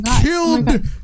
killed